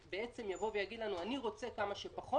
אני דווקא מציין לשבח את יאיר פינס,